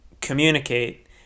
communicate